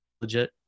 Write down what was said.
legit